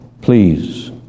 Please